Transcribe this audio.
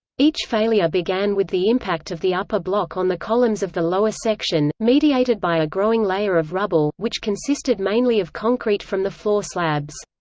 each failure began with the impact of the upper block on the columns of the lower section, mediated by a growing layer of rubble, which consisted mainly of concrete from the floor slabs.